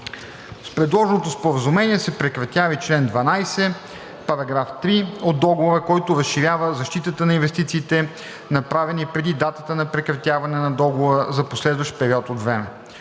С предложеното Споразумение се прекратява и член 12, параграф 3 от Договора, който разширява защитата на инвестициите, направени преди датата на прекратяване на Договора за последващ период от време.